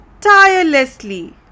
tirelessly